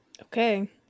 Okay